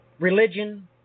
Religion